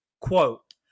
Quote